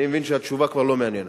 אני מבין שהתשובה כבר לא מעניינת,